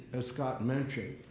as scott mentioned,